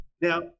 Now